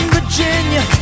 Virginia